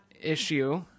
issue